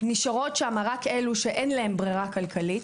נשארות שם רק אלו שאין להן ברירה כלכלית.